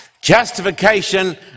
Justification